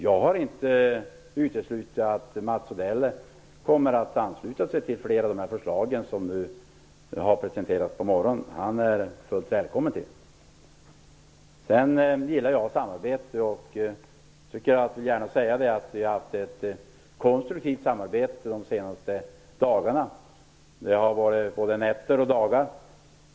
Jag har inte uteslutit att Mats Odell kommer att ansluta sig till flera av de förslag som har presenterats på morgonen. Han är välkommen. Jag gillar samarbete och vill gärna säga att vi har haft ett konstruktivt samarbete de senaste dagarna. Det har varit både nätter och dagar.